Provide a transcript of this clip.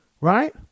right